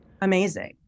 Amazing